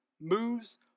moves